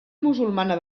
musulmana